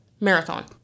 marathon